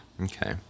Okay